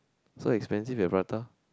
so expensive that prata